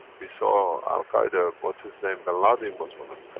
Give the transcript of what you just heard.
we saw al-qaeda, what's his name, bin laden was one of